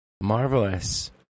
Marvelous